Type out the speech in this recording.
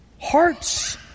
hearts